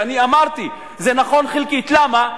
ואני אמרתי: זה נכון חלקית, למה?